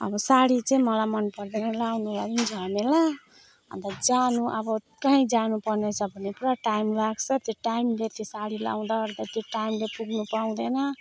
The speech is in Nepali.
अब साडी चाहिँ मलाई मनपर्दैन लगाउन नि झमेला अन्त जानु अब काहीँ जानुपर्ने छ भने पुरा टाइम लाग्छ त्यो टाइमले त्यो साडी लगाउँदा ओर्दा त्यो टाइमले पुग्नु पाउँदैन